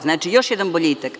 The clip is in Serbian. Znači, još jedan boljitak.